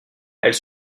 elle